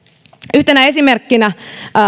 yhtenä esimerkkinä